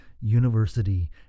University